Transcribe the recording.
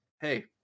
hey